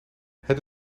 het